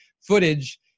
footage